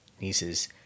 nieces